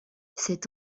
cet